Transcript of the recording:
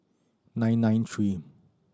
nine nine three